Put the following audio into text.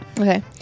Okay